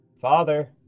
Father